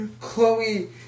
Chloe